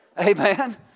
Amen